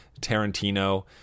Tarantino